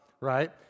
right